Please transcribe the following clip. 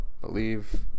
believe